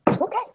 Okay